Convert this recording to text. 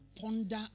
ponder